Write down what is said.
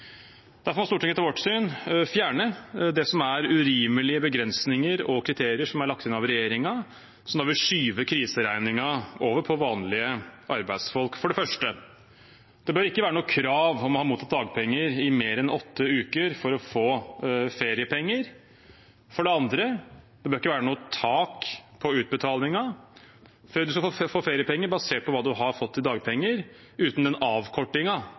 Derfor må Stortinget etter vårt syn fjerne det som er urimelige begrensninger og kriterier som er lagt inn av regjeringen, som da vil skyve kriseregningen over på vanlige arbeidsfolk. For det første: Det bør ikke være noe krav om å ha mottatt dagpenger i mer enn åtte uker for å få feriepenger. For det andre: Det bør ikke være noe tak på utbetalingen hvis du får feriepenger basert på hva du har fått i dagpenger, uten den